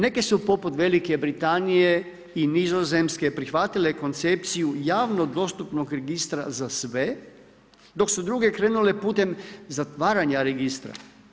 Neke su poput Velike Britanije i Nizozemske prihvatile koncepciju javno dostupnog registra za sve, dok su druge krenule putem zatvaranja registra.